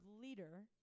leader